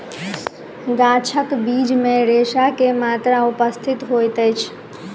गाछक बीज मे रेशा के मात्रा उपस्थित होइत अछि